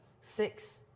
six